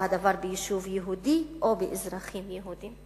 הדבר ביישוב יהודי או לאזרחים יהודים,